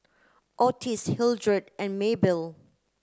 Ottis Hildred and Maybelle